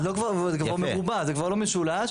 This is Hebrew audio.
כבר מרובע, זה לא משולש.